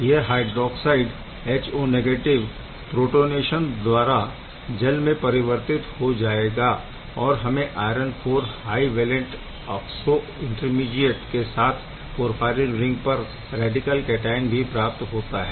यह hydroxide HO protonation द्वारा जल में परिवर्तित हो जाएगा और हमें iron IV high valent oxo intermediate के साथ पोरफ़ाईरिन रिंग पर रैडिकल कैटआयन भी प्राप्त होता है